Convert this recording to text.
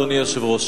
אדוני היושב-ראש,